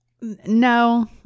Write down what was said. No